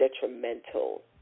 detrimental